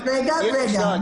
לפתוח.